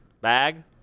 bag